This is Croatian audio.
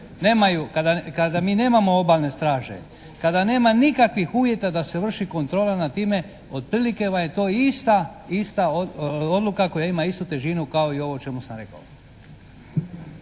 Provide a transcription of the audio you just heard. kada mi nemamo obalne straže, kada nema nikakvih uvjeta da se vrši kontrola nad time. Otprilike vam je to ista odluka koja ima istu težinu kao i ovo o čemu sam rekao.